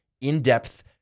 in-depth